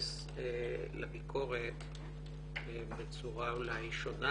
להתייחס לביקורת בצורה אולי שונה.